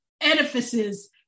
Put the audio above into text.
edifices